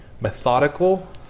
methodical